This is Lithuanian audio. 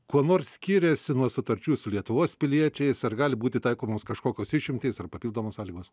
kuo nors skiriasi nuo sutarčių su lietuvos piliečiais ar gali būti taikomos kažkokios išimtys ar papildomos sąlygos